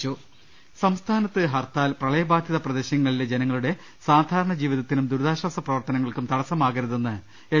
രുട്ടിട്ട്ട്ട്ട്ട്ട്ട സംസ്ഥാനത്ത് ഹർത്താൽ പ്രളയബാധിത പ്രദേശങ്ങളിലെ ജനങ്ങളുടെ സാധാരണ ജീവിതത്തിനും ദുരിതാശ്ചാസ പ്രവർത്തനങ്ങൾക്കും തടസ്സമാ കരുതെന്ന് എൽ